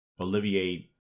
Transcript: Olivier